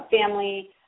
family